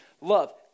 love